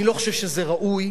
אני לא חושב שזה ראוי.